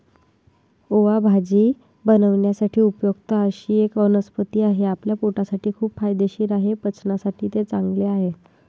ओवा भाजी बनवण्यासाठी उपयुक्त अशी एक वनस्पती आहे, आपल्या पोटासाठी खूप फायदेशीर आहे, पचनासाठी ते चांगले आहे